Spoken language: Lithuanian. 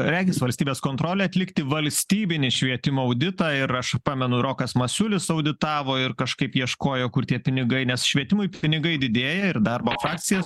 regis valstybės kontrolę atlikti valstybinį švietimo auditą ir aš pamenu rokas masiulis auditavo ir kažkaip ieškojo kur tie pinigai nes švietimui pinigai didėja ir darbo frakcija